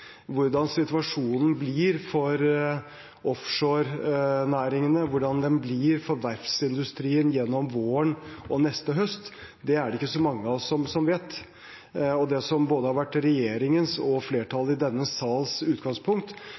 Hvordan situasjonen blir for offshorenæringene, hvordan den blir for verftsindustrien gjennom våren og neste høst, det er det ikke så mange av oss som vet. Det som har vært både regjeringens og flertallet i denne sals utgangspunkt,